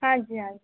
हाँ जी हाँ